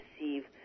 receive